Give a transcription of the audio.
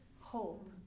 hope